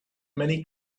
many